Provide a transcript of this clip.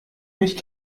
mich